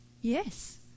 Yes